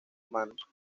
manos